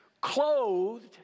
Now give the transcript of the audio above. Clothed